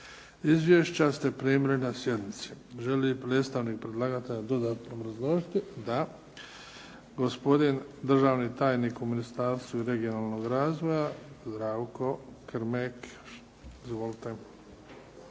Izvješća ste primili na sjednici. Želi li predstavnik predlagatelja dodatno obrazložiti? Da. Gospodin državni tajnik u Ministarstvu regionalnog razvoja Zdravko Krmek. Izvolite.